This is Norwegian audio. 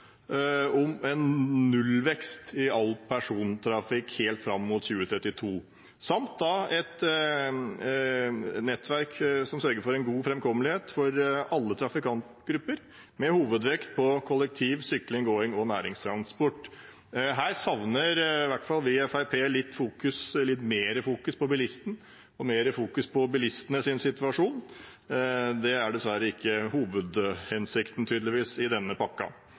om nullvekst i all personbiltrafikk helt fram til 2032 samt et nettverk som sørger for god framkommelighet for alle trafikantgrupper, med hovedvekt på kollektivtransport, sykling, gåing og næringstransport. Her savner i hvert fall vi i Fremskrittspartiet at det fokuseres litt mer på bilistene og på bilistenes situasjon. Det er dessverre ikke hovedhensikten, tydeligvis, i denne